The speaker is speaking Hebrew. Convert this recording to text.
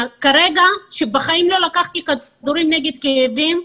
בחיים לא לקחתי כדורים נגד כאבים,